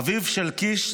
אביו של קיש,